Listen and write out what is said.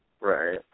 Right